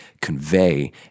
convey